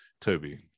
Toby